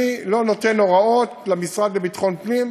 אני לא נותן הוראות למשרד לביטחון פנים,